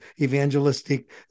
evangelistic